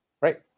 right